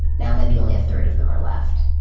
now maybe only a third of them are left.